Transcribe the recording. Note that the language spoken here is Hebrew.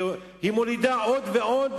שהיא מולידה עוד ועוד,